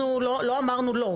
אנחנו לא אמרנו 'לא',